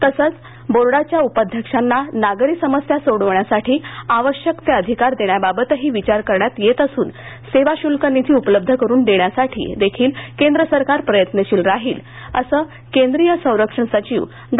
तसंच बोर्डांच्या उपाध्यक्षांना नागरिक समस्या सोडविण्यासाठी आवश्यक ते अधिकार देण्याबाबतही विचार करण्यात येत असून सेवा शुल्क निधी उपलब्ध करून देण्यासाठी देखील केंद्र सरकार प्रयत्नशिल राहील असं केंद्रीय संरक्षण सचिव डॉ